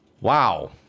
Wow